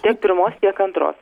tiek pirmos tiek antros